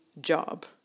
job